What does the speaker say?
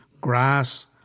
grass